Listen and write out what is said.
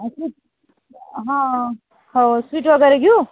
हा हो स्वीट वगैरे घेऊ